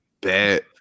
bad